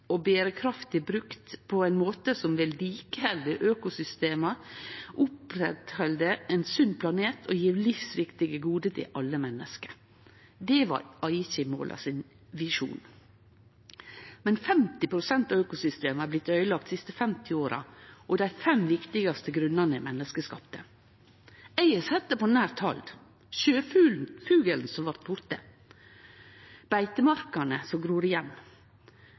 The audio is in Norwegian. brukt på ein måte som vedlikeheld økosystema, opprettheld ein sunn planet og gjev livsviktige gode til alle menneske. Det var visjonen i Aichi-måla, men 50 pst. av økosystema har blitt øydelagt dei siste 50 åra, og dei fem viktigaste grunnane er menneskeskapte . Eg har sett det på nært hald – sjøfuglen som blei borte, beitemarkane som gror igjen.